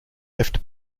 left